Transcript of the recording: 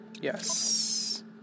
Yes